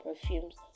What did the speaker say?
perfumes